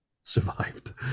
survived